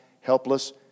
helpless